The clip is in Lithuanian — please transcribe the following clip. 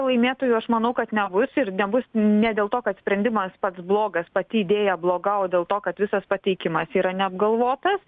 laimėtojų aš manau kad nebus ir nebus ne dėl to kad sprendimas pats blogas pati idėja bloga o dėl to kad visas pateikimas yra neapgalvotas